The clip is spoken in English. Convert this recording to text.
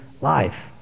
life